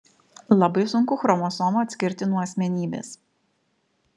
labai sunku chromosomą atskirti nuo asmenybės